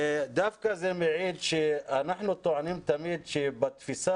דווקא זה מעיד שאנחנו טוענים תמיד שבתפיסה